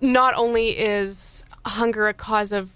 not only is hunger a cause of